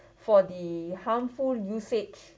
for the harmful usage